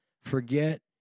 Forget